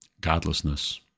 godlessness